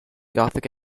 gothic